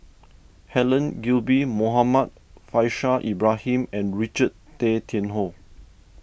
Helen Gilbey Muhammad Faishal Ibrahim and Richard Tay Tian Hoe